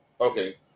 Okay